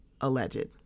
alleged